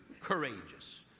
courageous